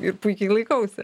ir puikiai laikausi